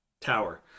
tower